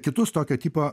kitus tokio tipo